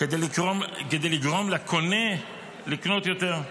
כדי לגרום לקונה לקנות יותר.